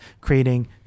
creating